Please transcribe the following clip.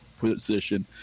position